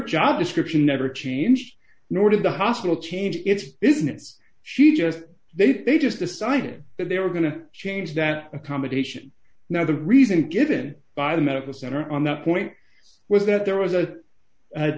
job description never changed nor did the hospital change its business she just they they just decided that they were going to change that accommodation now the reason given by the medical center on that point was that there was a